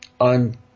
on